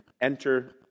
enter